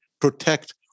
protect